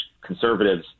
conservatives